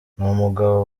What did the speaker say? numugabo